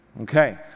Okay